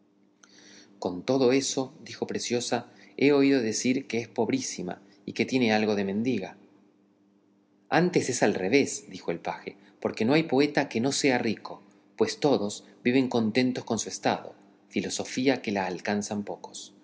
con todo eso respondió preciosa he oído decir que es pobrísima y que tiene algo de mendiga antes es al revés dijo el paje porque no hay poeta que no sea rico pues todos viven contentos con su estado filosofía que la alcanzan pocos